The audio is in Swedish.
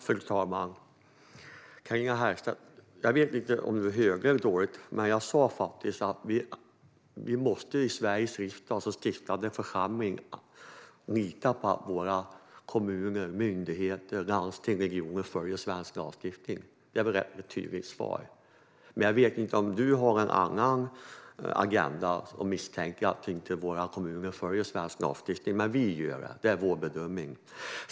Fru talman! Jag vet inte om du hörde dåligt, Carina Herrstedt, men jag sa faktiskt att vi i Sveriges riksdag, den lagstiftande församlingen, måste lita på att våra kommuner, myndigheter, landsting och regioner följer svensk lagstiftning. Det är väl ett rätt tydligt svar. Jag vet inte om du har en annan agenda och misstänker att våra kommuner inte följer svensk lagstiftning, men vi litar på att de gör det. Det är vår bedömning.